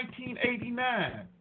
1989